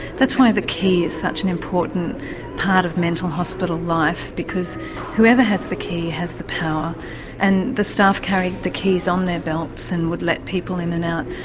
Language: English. that's why the key is such an important part of mental hospital life because whoever has the key has the power and the staff carried the keys on their belts and would let people in and out.